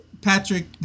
Patrick